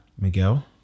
Miguel